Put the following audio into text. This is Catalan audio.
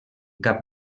cap